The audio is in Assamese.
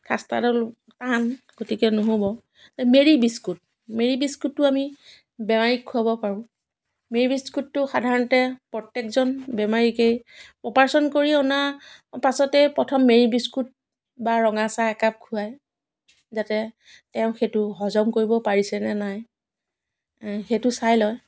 খাস্তা অলপ টান গতিকে নহ'ব মেৰী বিস্কুট মেৰী বিস্কুটটো আমি বেমাৰীক খোৱাব পাৰোঁ মেৰী বিস্কুটটো সাধাৰণতে প্ৰত্যেকজন বেমাৰীকেই অপাৰেচন কৰি অনা পাছতেই প্ৰথম মেৰী বিস্কুট বা ৰঙাচাহ একাপ খোৱায় যাতে তেওঁ সেইটো হজম কৰিব পাৰিছেনে নাই সেইটো চাই লয়